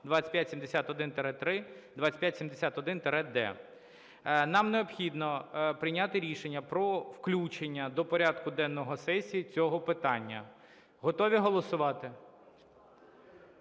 2571-3, 2571-д). Нам необхідно прийняти рішення про включення до порядку денного сесії цього питання. Готові голосувати?